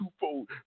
twofold